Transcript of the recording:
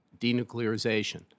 denuclearization